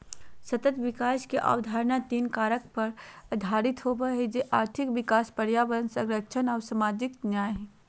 सतत विकास के अवधारणा तीन कारक पर आधारित होबो हइ, जे आर्थिक विकास, पर्यावरण संरक्षण आऊ सामाजिक न्याय हइ